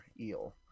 eel